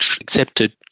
accepted